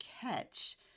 catch